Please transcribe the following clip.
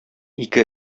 ике